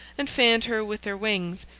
and fanned her with their wings,